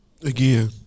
Again